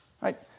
Right